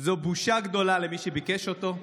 זו בושה גדולה למי שביקש אותו,